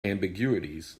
ambiguities